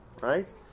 Right